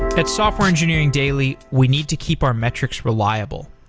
at software engineering daily we need to keep our metrics reliable.